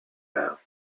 now